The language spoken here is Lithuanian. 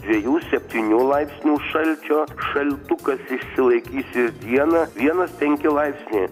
dviejų septynių laipsnių šalčio šaltukas išsilaikys ir dieną vienas penki laipsniai